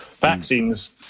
Vaccines